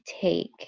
take